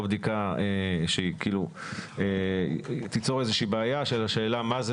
בדיקה שהיא כאילו תיצור איזה שהיא בעיה של מה זה